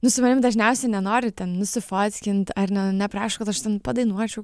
nu su manim dažniausiai nenori ten nusifotkint ar ne neprašo kad aš ten padainuočiau